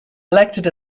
elected